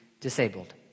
disabled